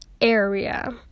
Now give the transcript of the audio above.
area